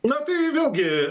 na tai vėlgi